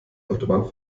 autobahn